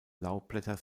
laubblätter